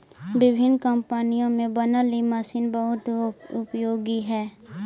विभिन्न कम्पनी में बनल इ मशीन बहुत उपयोगी हई